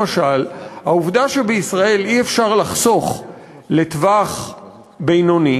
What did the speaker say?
למשל, העובדה שבישראל אי-אפשר לחסוך לטווח בינוני